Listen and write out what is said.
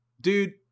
Dude